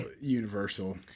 universal